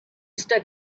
stuck